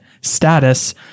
status